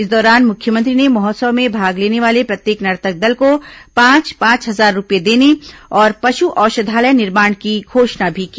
इस दौरान मुख्यमंत्री ने महोत्सव में भाग लेने वाले प्रत्येक नर्तक दल को पांच पांच हजार रूपये देने और पशु औषधालय निर्माण की घोषणा भी की